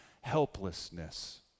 helplessness